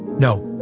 no.